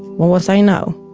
what was i now?